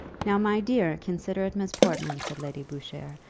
now, my dear, considerate miss portman, said lady boucher,